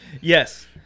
yes